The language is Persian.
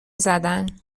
زدن